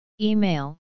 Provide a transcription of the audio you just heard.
Email